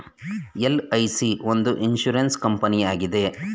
LIC ಒಂದು life insurance ಕಂಪನಿಯಾಗಿದೆ